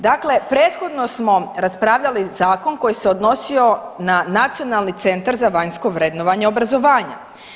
Dakle, prethodno smo raspravljali zakon koji se odnosio na Nacionalni centar za vanjsko vrednovanje obrazovanja.